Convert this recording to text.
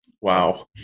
Wow